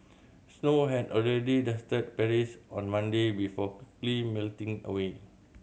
snow had already dusted Paris on Monday before quickly melting away